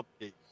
updates